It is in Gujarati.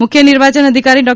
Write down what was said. મુખ્ય નિર્વાચન અધિકારી ડૉ